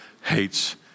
hates